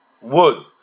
wood